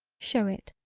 show it.